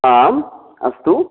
आम् अस्तु